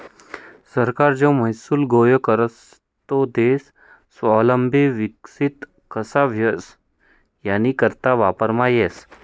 सरकार जो महसूल गोया करस तो देश स्वावलंबी विकसित कशा व्हई यानीकरता वापरमा येस